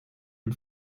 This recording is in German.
dem